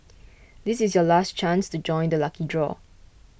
this is your last chance to join the lucky draw